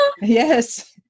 Yes